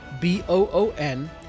B-O-O-N